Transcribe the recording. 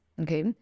Okay